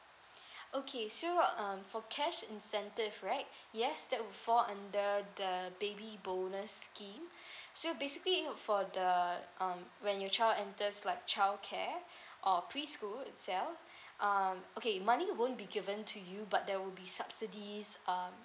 okay so um for cash incentive right yes that will fall under the baby bonus scheme so basically it for the um when your child enters like childcare or preschool itself um okay money won't be given to you but there will be subsidies um